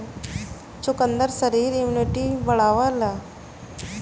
चुकंदर शरीर में इमुनिटी बढ़ावेला